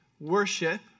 worship